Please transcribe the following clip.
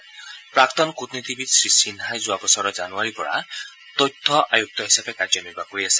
ৰাষ্টপতি ভৱনত প্ৰাক্তন কূটনীতিবিদ শ্ৰীসিনহাই যোৱা বছৰৰ জানুৱাৰীৰ পৰা তথ্য আয়ুক্ত হিচাপে কাৰ্যনিৰ্বাহ কৰি আছে